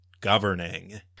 governing